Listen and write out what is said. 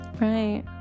right